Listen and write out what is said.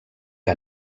que